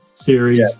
series